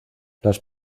las